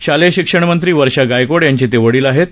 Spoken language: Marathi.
शालेय शिक्षण मंत्री वर्षा गायकवाड यांचे ते वडील होते